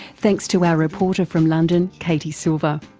thanks to our reporter from london, katie silver.